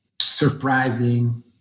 surprising